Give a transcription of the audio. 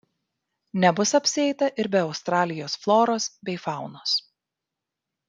nebus apsieita ir be australijos floros bei faunos